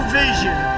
vision